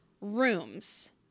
rooms